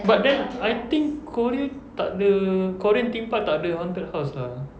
but then I think korea tak ada korean theme park tak ada haunted house lah